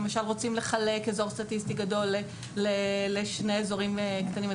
למשל רוצים לחלק אזור סטטיסטי גדול לשני אזורים קטנים.